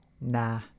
Nah